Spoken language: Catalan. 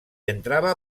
entrava